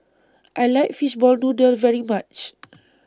I like Fishball Noodle very much